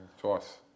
Twice